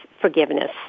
forgiveness